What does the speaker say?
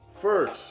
first